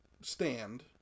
stand